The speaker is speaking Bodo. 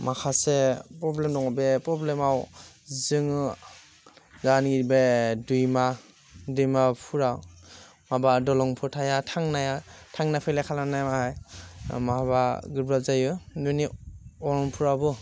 माखासे प्रब्लेम दङ बे प्रब्लेमाव जोङो दानि बे दैमा दैमाफ्रा माबा दलंफोर थाया थांनाया थांनाय फैलाय खालामनायावहाय माबा गोब्राब जायो माने उनफोरावबो